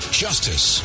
justice